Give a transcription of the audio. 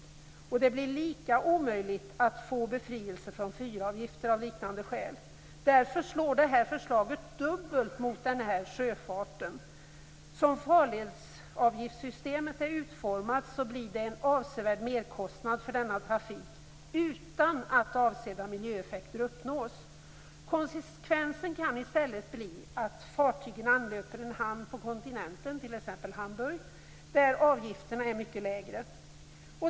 Av liknande skäl blir det lika omöjligt att få befrielse från fyravgifter. Förslaget slår därför dubbelt mot denna sjöfart. Som farledsavgiftssystemet är utformat blir det en avsevärd merkostnad för denna trafik utan att avsedda miljöeffekter uppnås. Konsekvensen kan i stället bli att fartygen anlöper en hamn på kontinenten, t.ex. Hamburg, där avgifterna är mycket lägre.